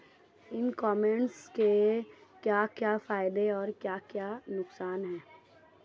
ई commerce के क्या क्या फायदे और क्या क्या नुकसान है?